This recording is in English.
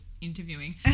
interviewing